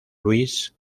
luis